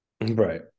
Right